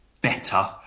better